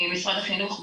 משרד החינוך בפיקוח,